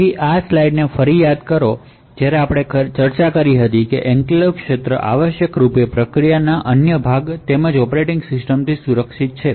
તે સ્લાઇડને ફરી યાદ કરો જ્યાં આપણે ચર્ચા કરી હતી કે એન્ક્લેવ્સ એરિયાઆવશ્યકરૂપે પ્રોસેસના અન્ય ભાગોથી તેમજ ઓપરેટિંગ સિસ્ટમથી સુરક્ષિત છે